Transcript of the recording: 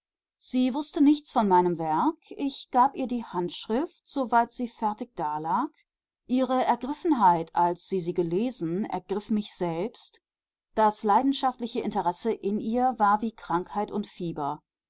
sie wußte nichts von meinem werk ich gab ihr die handschrift soweit sie fertig dalag ihre ergriffenheit als sie sie gelesen ergriff mich selbst das leidenschaftliche interesse in ihr war wie krankheit und fieber